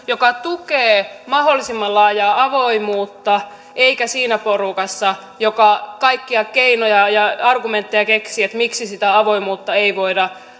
joka tukee mahdollisimman laajaa avoimuutta eikä siinä porukassa joka kaikkia keinoja ja argumentteja keksii että miksi sitä avoimuutta ei voida